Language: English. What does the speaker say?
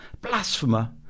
blasphemer